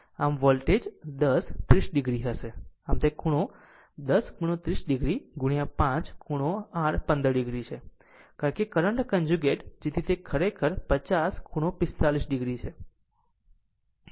આમ voltage 10 30 o છે આમ તે 10 ખૂણો 30 o 5ખૂણો r 15 o છે કારણ કે કરંટ કન્જુગેટ જેથી તે ખરેખર 50 ખૂણો 45 o છે